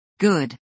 Good